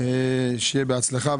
שיהיה בהצלחה,